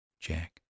Jack